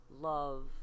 love